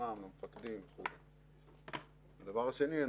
הדבר השני,